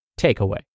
Takeaway